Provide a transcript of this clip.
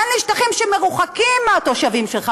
תן לי שטחים שמרוחקים מהתושבים שלך.